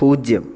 പൂജ്യം